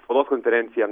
spaudos konferenciją